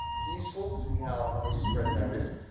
it's useful to see how they spread their risk.